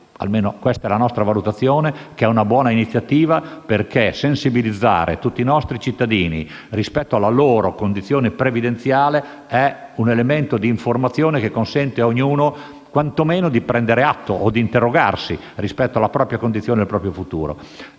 almeno questa è la nostra valutazione - che è una buona iniziativa. Infatti, sensibilizzare tutti i nostri cittadini rispetto alla loro condizione previdenziale è un elemento di informazione che consente a ognuno, quantomeno, di prendere atto o di interrogarsi rispetto alla propria condizione e al proprio futuro.